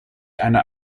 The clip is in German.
eine